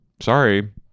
Sorry